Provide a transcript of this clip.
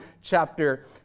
chapter